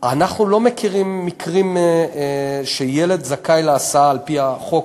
אנחנו לא מכירים מקרים שילד זכאי להסעה על-פי החוק